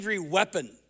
weapon